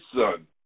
son